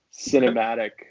cinematic